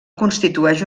constitueix